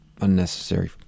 unnecessary